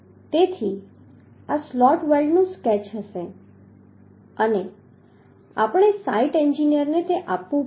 તેથી આ સ્લોટ વેલ્ડનું સ્કેચ હશે અને આ આપણે સાઇટ એન્જિનિયરને આપવું પડશે